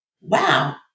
Wow